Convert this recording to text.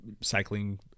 cycling